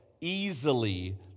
easily